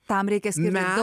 tam reikia skirti daug